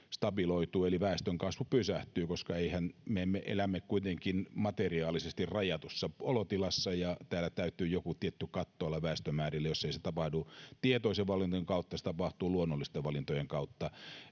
stabiloituu eli väestön kasvu pysähtyy koska me elämme kuitenkin materiaalisesti rajatussa olotilassa ja täällä täytyy joku tietty katto olla väestömäärille jos ei se tapahdu tietoisen valinnan kautta se tapahtuu luonnollisten valintojen kautta